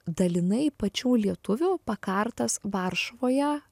dalinai pačių lietuvių pakartas varšuvoje